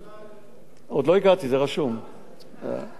ואחרון-אחרון,